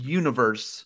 universe